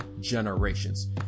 generations